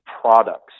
products